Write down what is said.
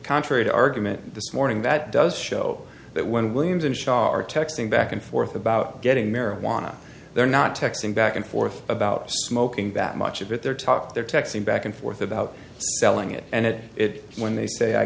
contrary to argument this morning that does show that when williams and shah are texting back and forth about getting marijuana they're not texting back and forth about smoking that much of it they're talk they're texting back and forth about selling it and it it when they say i